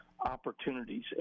opportunities